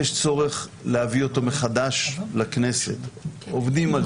יש צורך להביא אותו מחדש לכנסת, עובדים על זה.